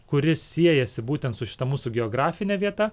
kuri siejasi būtent su šita mūsų geografine vieta